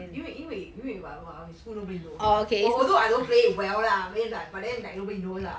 因为因为因为 whatever our school nobody knows also I don't play it well lah I mean like but then like nobody knows lah